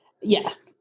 Yes